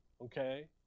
okay